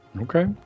Okay